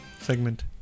segment